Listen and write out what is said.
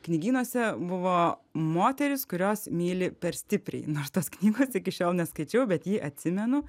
knygynuose buvo moterys kurios myli per stipriai nors tos knygos iki šiol neskaičiau bet jį atsimenu